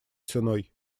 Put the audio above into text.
ценой